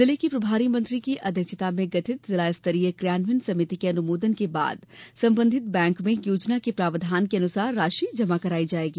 जिले के प्रभारी मंत्री की अध्यक्षता में गठित जिला स्तरीय क्रियान्वयन समिति के अनुमोदन के बाद संबंधित बैंक में योजना के प्रावधान के अनुसार राशि जमा कराई जायेगी